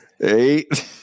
eight